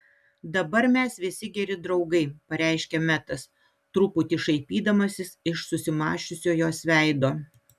dabar mes visi geri draugai pareiškė metas truputį šaipydamasis iš susimąsčiusio jos veido